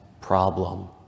problem